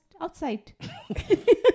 outside